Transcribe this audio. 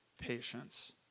patience